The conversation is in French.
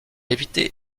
évitait